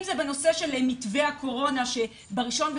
אם זה בנושא של מתווה הקורונה שב-1.9